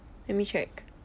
let me check